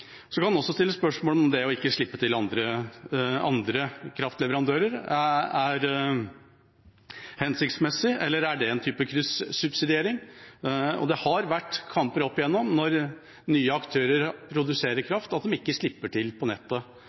også stille spørsmål om det å ikke slippe til andre kraftleverandører er hensiktsmessig eller en type kryssubsidiering. Det har vært kamper opp igjennom når nye aktører som produserer kraft, ikke slipper til på nettet.